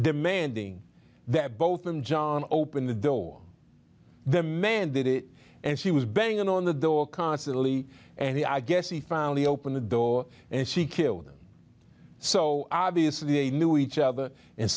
demanding that both them john open the door the man did it and she was banging on the door constantly and i guess he finally opened the door and she killed him so obviously they knew each other and